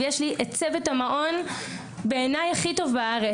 יש לי את צוות המעון בעיניי הכי טוב בארץ.